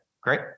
great